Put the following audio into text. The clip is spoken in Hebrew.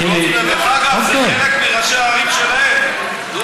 מה גם שחלק מראשי הערים הם שלהם.